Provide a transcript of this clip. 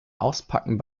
auspacken